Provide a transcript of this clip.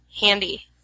handy